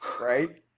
right